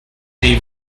they